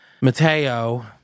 Mateo